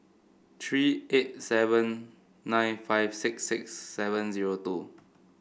three eight seven nine five six six seven zero two